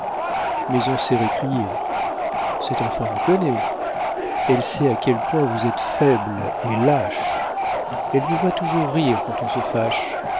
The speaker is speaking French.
mais on s'est récrié cette enfant vous connaît elle sait à quel point vous êtes faible et lâche elle vous voit toujours rire quand on se fâche